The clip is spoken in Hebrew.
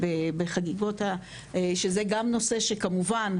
שזה גם נושא שכמובן,